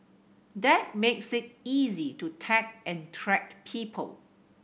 that makes it easy to tag and track people